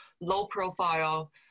low-profile